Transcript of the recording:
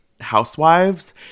housewives